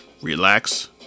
Relax